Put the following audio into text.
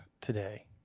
today